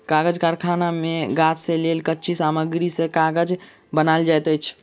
कागज़ कारखाना मे गाछ से लेल कच्ची सामग्री से कागज़ बनायल जाइत अछि